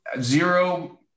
zero